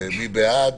מי בעד?